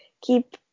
keep